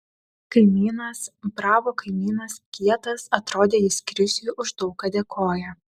kaimynas bravo kaimynas kietas atrodė jis krisiui už daug ką dėkoja